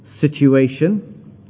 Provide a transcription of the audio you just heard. situation